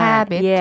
Habit